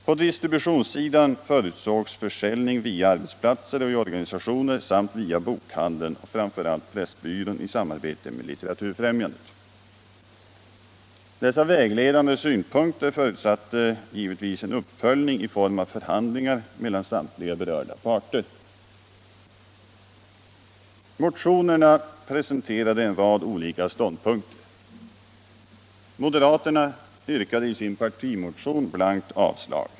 På distributionssidan förutsågs försäljning via arbetsplatser och i organisationer samt via ”bokhandeln och framför allt Pressbyrån i samarbete med Litteraturfrämjandet”. Dessa vägledande synpunkter förutsatte givetvis en uppföljning i form av förhandlingar mellan samtliga berörda parter. Moderaterna yrkade i sin partimotion blankt avslag.